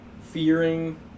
fearing